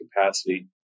capacity